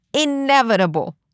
Inevitable